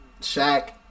Shaq